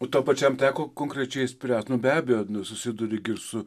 o tau pačiam teko konkrečiai spręst nu be abejo nu susiduri gi ir su